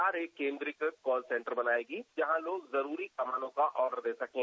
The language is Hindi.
सरकार एक केंद्रित कॉल सेंटर बनाएगी जहां लोग जरूरी सामानों का ऑर्डर दे सकें